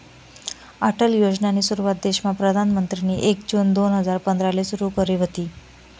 अटल योजनानी सुरुवात देशमा प्रधानमंत्रीनी एक जून दोन हजार पंधराले सुरु करी व्हती